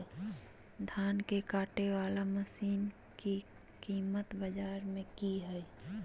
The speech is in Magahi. धान के कटे बाला मसीन के कीमत बाजार में की हाय?